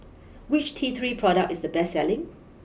which T three product is the best selling